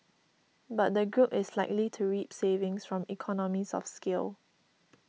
but the group is likely to reap savings from economies of scale